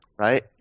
Right